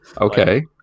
Okay